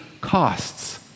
costs